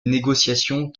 négociations